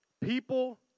People